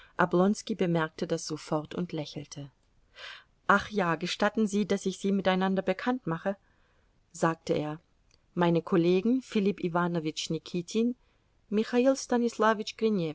bemerkte das sofort und lächelte ach ja gestatten sie daß ich sie miteinander bekannt mache sagte er meine kollegen filipp iwanowitsch nikitin michail